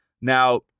now